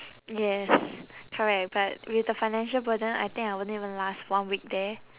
yes correct but with the financial burden I think I won't even last one week there